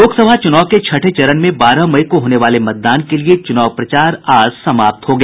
लोकसभा चुनाव के छठे चरण में बारह मई को होने वाले मतदान के लिए चुनाव प्रचार आज समाप्त हो गया